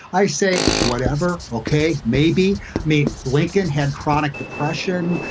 i say whatever. ok, maybe me lincoln had. chronic depression.